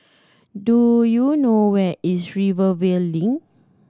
do you know where is Rivervale Link